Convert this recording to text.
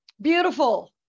Beautiful